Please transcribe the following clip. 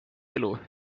elu